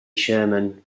sherman